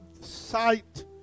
sight